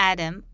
Adam